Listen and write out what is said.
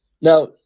Now